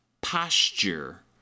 Posture